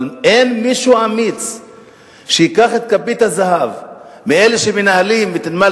אבל אין מישהו אמיץ שייקח את כפית הזהב מאלה שמנהלים את נמל